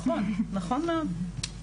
נכון, נכון מאוד.